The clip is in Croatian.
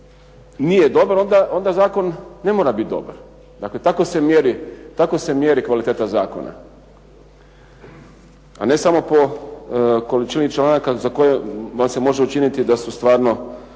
nije dobar onda zakon ne mora biti dobar. Dakle, tako se mjeri kvaliteta zakona, a ne samo po količini članaka za koje vam se može učiniti da su stvarno